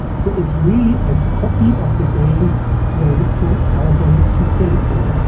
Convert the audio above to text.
so it's really a copy of the brain going from carbon to silicon.